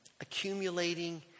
accumulating